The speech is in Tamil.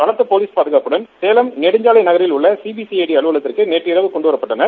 பலத்த போலீஸ் பாதுகாப்புடன் சேலம் நெடுஞ்சாலை நகரில் உள்ள சிபிசிஐட அலுவலகத்திற்கு நேற்றிாவு கொண்டுவரப்பட்டன